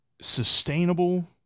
sustainable